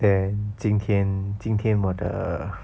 then 今天今天我的